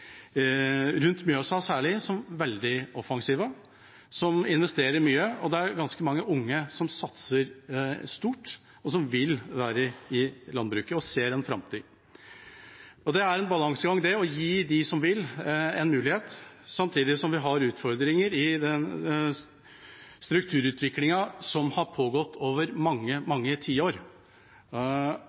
rundt Mjøsa særlig, som veldig offensivt. De investerer mye, og det er ganske mange unge som satser stort, som vil være i landbruket, og som ser en framtid. Det er en balansegang å gi dem som vil, en mulighet, samtidig som vi har utfordringer i den strukturutviklingen som har pågått over mange, mange tiår.